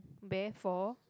bear for